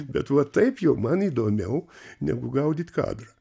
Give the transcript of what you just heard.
bet va taip jau man įdomiau negu gaudyt kadrą